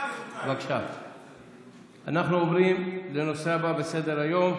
אנחנו עוברים לנושא הבא בסדר-היום,